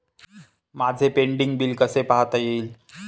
माझे pending bill कसे पाहता येईल?